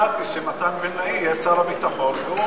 לכן הצעתי שמתן וילנאי יהיה שר הביטחון והוא,